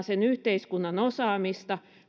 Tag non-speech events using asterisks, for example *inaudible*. *unintelligible* sen yhteiskunnan osaamista